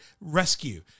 rescue